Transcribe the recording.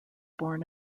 born